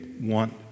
want